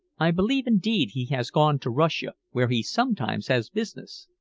i believe, indeed, he has gone to russia, where he sometimes has business.